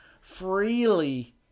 freely